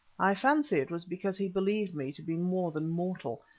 i fancy it was because he believed me to be more than mortal,